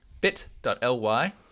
Bit.ly